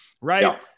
right